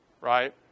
right